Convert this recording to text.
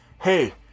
hey